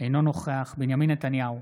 אינו נוכח בנימין נתניהו,